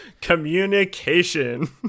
communication